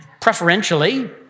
preferentially